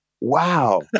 Wow